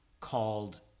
called